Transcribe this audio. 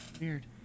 Weird